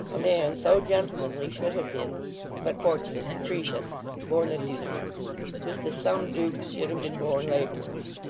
a man so gentlemanly should have been but fortune is capricious born a duke just as some dukes should have been born labourers.